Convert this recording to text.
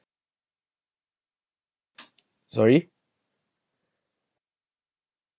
sorry